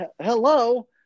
hello